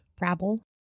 Rabble